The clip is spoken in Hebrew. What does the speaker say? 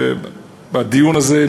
בדיון הזה,